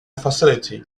facility